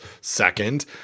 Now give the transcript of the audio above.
second